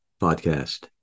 podcast